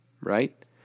right